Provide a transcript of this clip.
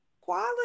quality